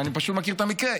אני פשוט מכיר את המקרה,